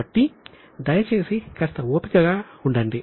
కాబట్టి దయచేసి కాస్త ఓపికగా ఉండండి